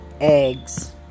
Eggs